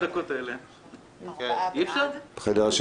בעד הרביזיה